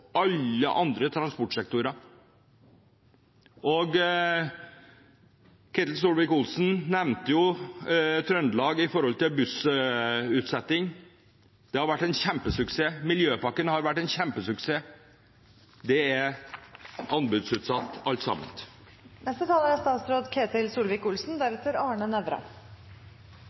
alle andre transportsektorer. Ketil Solvik Olsen nevnte bussutsetting i Trøndelag. Det har vært en kjempesuksess. Miljøpakken har vært en kjempesuksess. Det er anbudsutsatt, alt sammen.